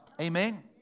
Amen